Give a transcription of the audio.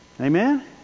Amen